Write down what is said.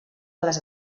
les